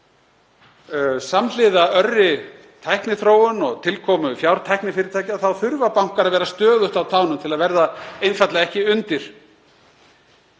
Samhliða örri tækniþróun og tilkomu fjártæknifyrirtækja þurfa bankar að vera stöðugt á tánum til að verða einfaldlega ekki undir.